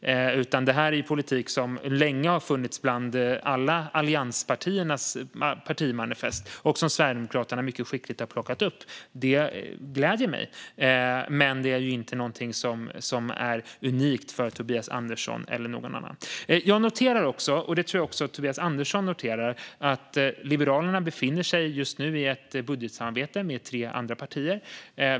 Det är politik som har funnits länge i alla allianspartiers partimanifest och som Sverigedemokraterna mycket skickligt har plockat upp. Det gläder mig, men det är inte något som är unikt för Tobias Andersson eller någon annan. Jag noterar också att Liberalerna - detta tror jag att också Tobias Andersson noterar - just nu befinner sig i ett budgetsamarbete med tre andra partier.